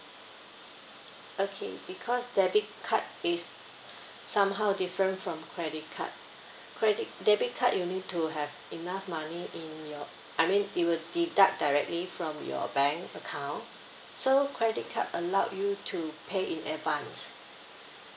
okay because debit card is somehow different from credit card credit debit card you need to have enough money in your I mean it will deduct directly from your bank account so credit card allowed you to pay in advance